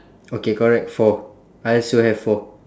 okay correct four I also have four